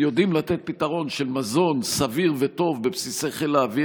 אם יודעים לתת פתרון של מזון סביר וטוב בבסיס חיל האוויר,